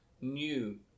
new